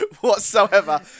whatsoever